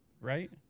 right